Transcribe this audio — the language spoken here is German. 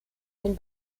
den